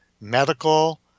medical